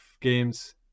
games